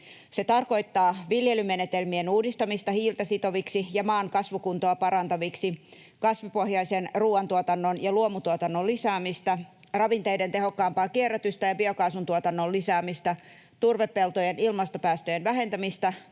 Se tarkoittaa viljelymenetelmien uudistamista hiiltä sitoviksi ja maan kasvukuntoa parantaviksi, kasvipohjaisen ruuantuotannon ja luomutuotannon lisäämistä, ravinteiden tehokkaampaa kierrätystä ja biokaasun tuotannon lisäämistä, turvepeltojen ilmastopäästöjen vähentämistä